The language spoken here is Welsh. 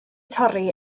torri